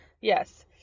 Yes